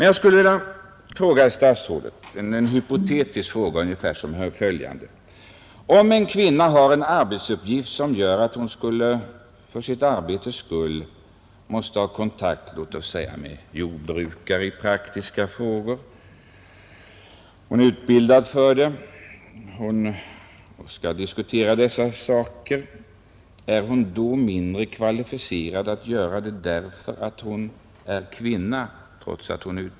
Jag skulle emellertid vilja ställa följande hypotetiska fråga till herr statsrådet: Om en kvinna har en sådan arbetsuppgift att hon måste ha kontakt med jordbrukare i praktiska frågor — hon är utbildad för uppgiften och måste diskutera sådana problem — är hon då mindre kvalificerad till denna uppgift därför att hon är kvinna?